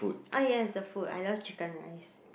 oh yes the food I love chicken rice